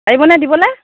পাৰিবনে দিবলৈ